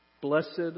blessed